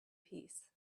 peace